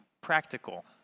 practical